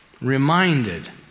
reminded